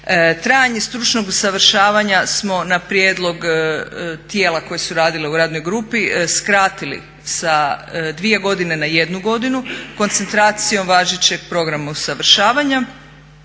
Trajanje stručnog usavršavanja smo na prijedlog tijela koja su radila u radnoj grupi skratili sa 2 godine na 1 godinu koncentracijom važećeg programa usavršavanja.